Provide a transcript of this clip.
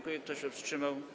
Kto się wstrzymał?